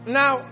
now